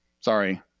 sorry